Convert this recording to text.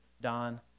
Don